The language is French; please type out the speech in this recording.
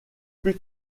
plus